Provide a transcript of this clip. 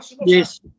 Yes